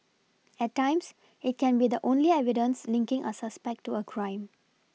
at times it can be the only evidence linking a suspect to a crime